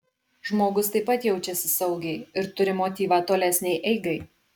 žmogus taip pat jaučiasi saugiai ir turi motyvą tolesnei eigai